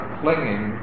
clinging